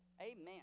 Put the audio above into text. Amen